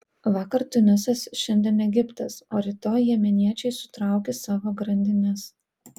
vakar tunisas šiandien egiptas o rytoj jemeniečiai sutraukys savo grandines